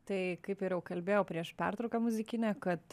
tai kaip ir jau kalbėjau prieš pertrauką muzikinę kad